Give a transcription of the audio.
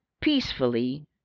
peacefully